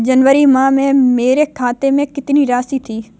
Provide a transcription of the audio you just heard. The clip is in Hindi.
जनवरी माह में मेरे खाते में कितनी राशि थी?